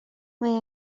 mae